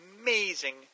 amazing